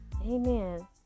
Amen